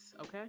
okay